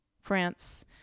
France